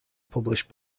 published